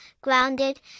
grounded